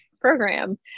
program